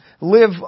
live